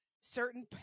certain